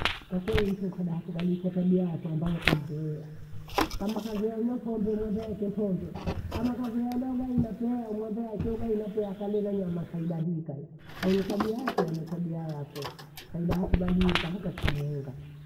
Kwakeli mtu ukaba kubadilisha tabia yakwa ambayo ukaizoea. Kama kazoea unywa pombe umwambie aache pombe, kama kazoea ula ugali na pea umwambie aachae ugali pea akale na nyama kaida hii kai. Mwenye tabia yake ana tabia yakwe kaida hakubadilika hata siku muunga.